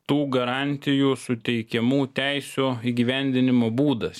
tų garantijų suteikiamų teisių įgyvendinimo būdas